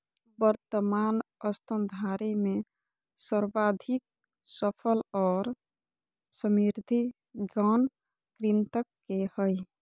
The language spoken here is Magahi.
वर्तमान स्तनधारी में सर्वाधिक सफल और समृद्ध गण कृंतक के हइ